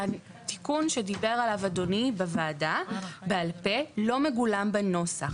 התיקון שדיבר עליו אדוני בוועדה בעל פה לא מגולם בנוסח.